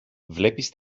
βλέπεις